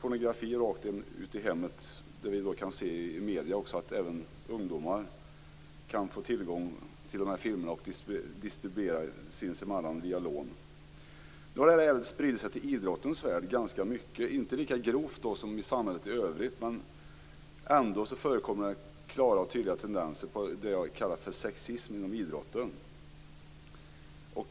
pornografin i hemmet. I medierna kan vi se att även ungdomar kan få tillgång till dessa filmer och kan distribuera dem sinsemellan via lån. Nu har det här även spridit sig till idrottens värld. Det är inte lika grovt som i samhället i övrigt. Men det förekommer klara och tydliga tendenser på det som jag kallar sexism inom idrotten.